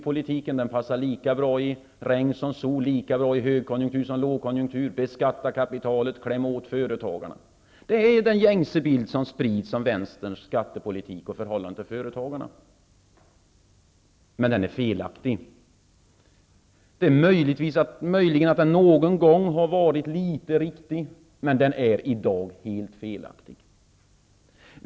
Den passar lika bra i regn som sol, lika bra i högkonjunktur som lågkonjunktur: ''Beskatta kapitalet, och kläm åt företagarna!'' Det här är den gängse bild som sprids om Vänsterns skattepolitik och förhållande till företagarna. Men den är felaktig. Möjligen har den någon gång varit litet riktig, men i dag är den helt felaktig.